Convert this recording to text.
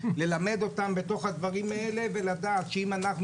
ללמד אותם בתוך הדברים האלה ולדעת שאם אנחנו